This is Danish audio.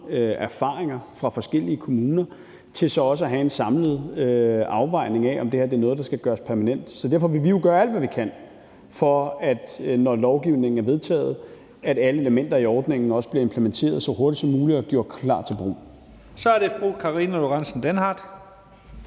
erfaringer fra forskellige kommuner, at vi kan lave en samlet afvejning af, om det her er noget, der skal gøres permanent. Så derfor vil vi jo gøre alt, hvad vi kan, for at det bliver sådan, når lovgivningen er vedtaget, at alle elementer i ordningen også bliver implementeret så hurtigt som muligt og bliver klar til brug. Kl. 17:06 Første næstformand